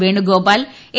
Venugopal A